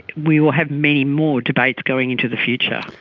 we will have many more debates going into the future.